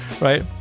Right